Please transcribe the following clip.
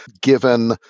given